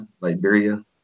Liberia